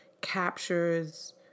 captures